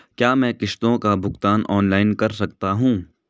क्या मैं किश्तों का भुगतान ऑनलाइन कर सकता हूँ?